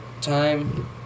time